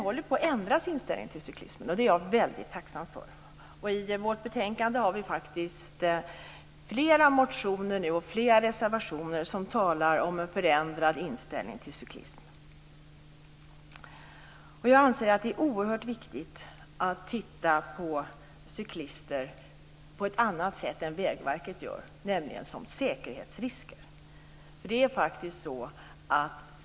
Men inställningen till cyklismen håller på att ändras, och det är jag mycket tacksam för. I betänkandet finns det nu flera motioner och reservationer som ger uttryck för en förändrad inställning till cyklismen. Jag anser att det är oerhört viktigt att titta på cyklister på ett annat sätt än Vägverket gör, nämligen som säkerhetsrisker.